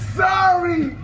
sorry